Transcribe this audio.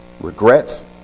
regrets